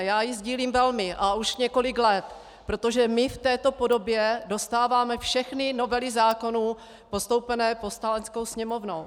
Já ji sdílím velmi a už několik let, protože my v této podobě dostáváme všechny novely zákonů postoupené Poslaneckou sněmovnou.